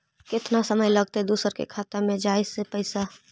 केतना समय लगतैय दुसर के खाता में जाय में पैसा?